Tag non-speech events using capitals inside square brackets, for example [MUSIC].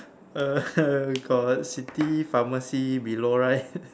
uh [COUGHS] got city pharmacy below right [COUGHS]